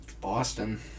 Boston